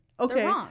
Okay